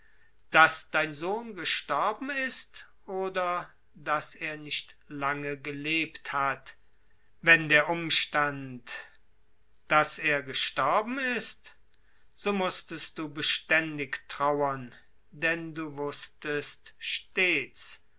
daß dein sohn gestorben ist oder daß er nicht lange gelebt hat wenn daß er gestorben ist so mußtest du beständig trauern denn du wußtest stets